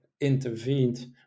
intervened